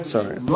Sorry